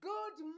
Good